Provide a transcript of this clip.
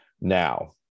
now